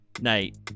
night